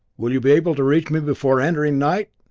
will you be able to reach me before entering night?